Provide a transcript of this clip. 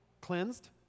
cleansed